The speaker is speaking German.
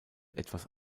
etwas